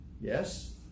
Yes